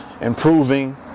Improving